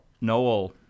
Noel